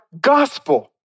gospel